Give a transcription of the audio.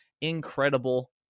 Incredible